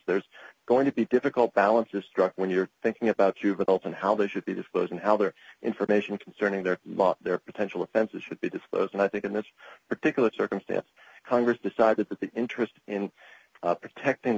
there's going to be difficult balance to strike when you're thinking about juveniles and how they should be disclosing how their information concerning their law their potential offenses should be disclosed and i think in this particular circumstance congress decided that the interest in protecting